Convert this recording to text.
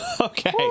okay